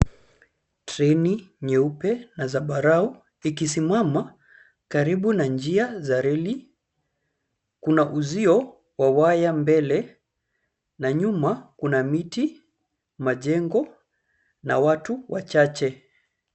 Treni nyeupe na zambarau ikisimama karibu na njia za reli kuna uzio wawaya mbele na nyuma kuna miti, majengo na watu wachache.